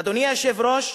אדוני היושב-ראש,